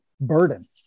burden